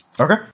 okay